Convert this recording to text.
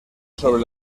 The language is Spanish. sobre